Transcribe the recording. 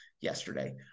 yesterday